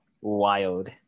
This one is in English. wild